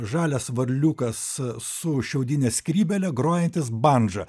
žalias varliukas su šiaudine skrybėle grojantis bandža